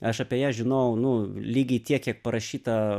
aš apie ją žinojau nu lygiai tiek kiek parašyta